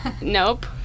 Nope